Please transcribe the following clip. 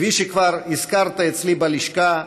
כפי שכבר הזכרת אצלי בלשכה,